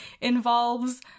involves